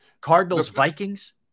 Cardinals-Vikings